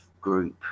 group